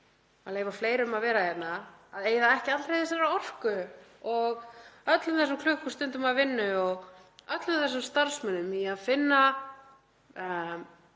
að leyfa fleirum að vera hér, að eyða ekki allri þessari orku, öllum þessum klukkustundum af vinnu og öllum þessum starfsmönnum, í að finna